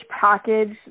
package